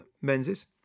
Menzies